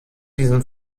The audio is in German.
diesen